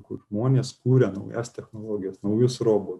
kur žmonės kuria naujas technologijas naujus robotus